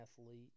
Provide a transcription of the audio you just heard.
athlete